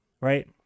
Right